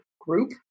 group